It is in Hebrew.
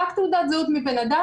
רק תעודת זהות מבן אדם,